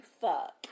fuck